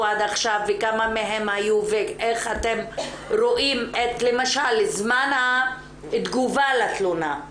עד עכשיו וכמה מהן היו ואיך אתם רואים את למשל זמן התגובה לתלונה.